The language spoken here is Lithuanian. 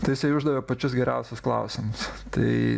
tai jisai uždavė pačius geriausius klausimus tai